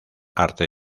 arte